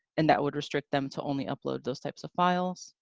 and that would restrict them to only upload those types of files.